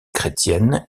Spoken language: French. chrétienne